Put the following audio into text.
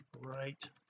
right